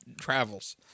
travels